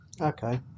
Okay